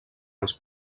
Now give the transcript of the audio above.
els